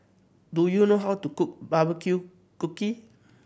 do you know how to cook barbecue cookie